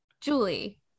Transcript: Julie